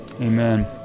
amen